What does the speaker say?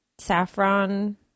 saffron